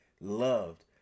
loved